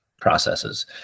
processes